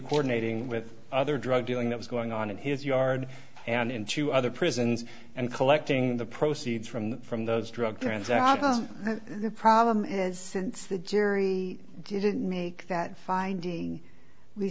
cordoning with other drug dealing that was going on in his yard and into other prisons and collecting the proceeds from from those drug transactions the problem is since the jury didn't make that finding we